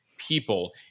people